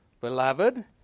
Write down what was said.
Beloved